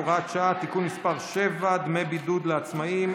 (הוראת שעה) (תיקון מס' 7) (דמי בידוד לעצמאים),